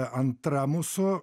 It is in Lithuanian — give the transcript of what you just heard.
antra mūsų